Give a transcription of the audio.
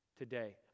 today